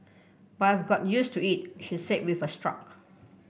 but I've got used to it she said with a struck